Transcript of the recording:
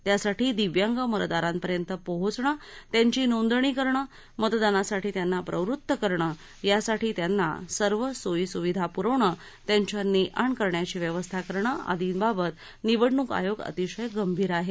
त्यासाठी दिव्यांग मतदारांपर्यंत पोहचणे त्यांची नोंदणी करणे मतदानासाठी त्यांना प्रवृत करणे यासाठी त्यांना सर्व सोयीस्विधा प्रविणे त्यांच्या ने आण करण्याची व्यवस्था करणे आदींबाबत निवडणूक आयोग अतिशय गंभीर आहे